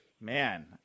Man